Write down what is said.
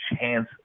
chance